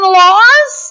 laws